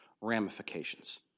ramifications